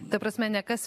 ta prasme ne kas